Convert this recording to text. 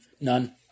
None